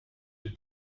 the